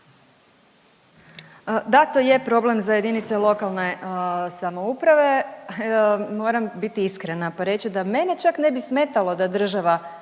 Da, to je problem za jedinice lokalne samouprave. Moram biti iskrena pa reći mene čak ne bi smetalo da država